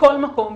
מכל מקום,